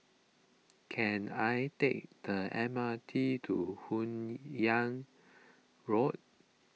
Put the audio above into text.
can I take the M R T to Hun Yeang Road